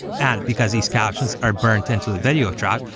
and, because these captions are burned into the video track,